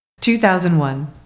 2001